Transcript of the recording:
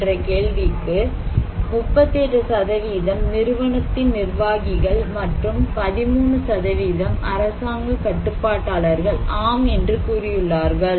என்ற கேள்விக்கு 38 நிறுவனத்தின் நிர்வாகிகள் மற்றும் 13 அரசாங்க கட்டுப்பாட்டாளர்கள் ஆம் என்று கூறியுள்ளார்கள்